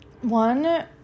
one